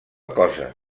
cosa